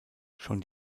schon